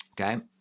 okay